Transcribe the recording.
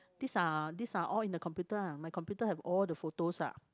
this are this are all in the computer ah my computer have all the photos ah